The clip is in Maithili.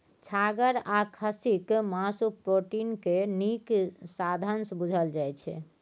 छागर आ खस्सीक मासु प्रोटीन केर नीक साधंश बुझल जाइ छै